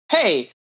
Hey